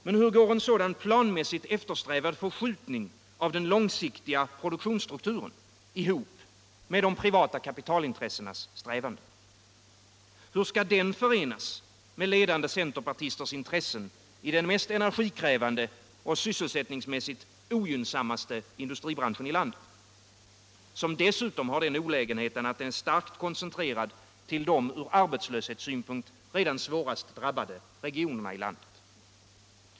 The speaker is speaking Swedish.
Men hur går en sådan planmässigt efiersträvad förskjutning av den långsiktiga produktionsstrukturen ihop med de privata kapitalintressenas strävanden? Hur skall den förenas med ledande centerpartisters intressen i den mest energikrävande och sysselsättningsmässigt ogynsammaste industribranschen i landet - som dessutom har den olägenheten att den är starkt koncentrerad till de ur arbetslöshetssynpunkt svårast drabbade regionerna i landet?